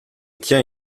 tient